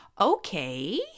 okay